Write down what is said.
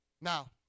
Now